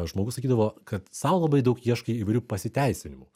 žmogus sakydavo kad sau labai daug ieškai įvairių pasiteisinimų